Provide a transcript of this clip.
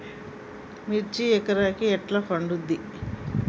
మిర్చి ఎకరానికి ఎట్లా పండుద్ధి?